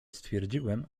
stwierdziłem